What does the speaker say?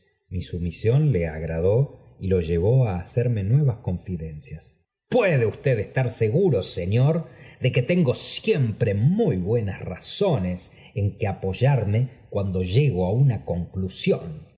mi sumisión le agradó y lo llevó á hacerme nuévas confidencias puede usted estar seguro señor de que tengó siempre muy buenas razones en que apoyarme cuando llego á una conclusión